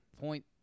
point